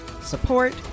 support